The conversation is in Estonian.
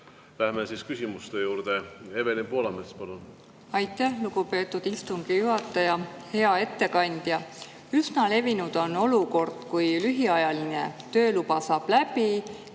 Läheme küsimuste juurde. Evelin Poolamets, palun! Aitäh, lugupeetud istungi juhataja! Hea ettekandja! Üsna levinud on olukord, et kui lühiajaline tööluba saab läbi,